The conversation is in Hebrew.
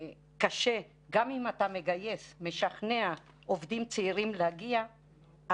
גם אם אתה משכנע עובדים צעירים להגיע,